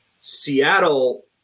Seattle